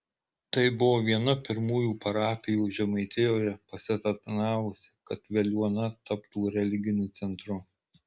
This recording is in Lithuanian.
tai buvo viena pirmųjų parapijų žemaitijoje pasitarnavusi kad veliuona taptų religiniu centru